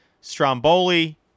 Stromboli